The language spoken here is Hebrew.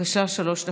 בבקשה, שלוש דקות.